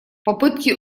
попытки